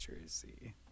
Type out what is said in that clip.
Jersey